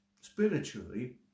spiritually